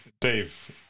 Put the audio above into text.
Dave